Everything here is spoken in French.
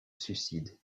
suicide